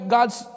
God's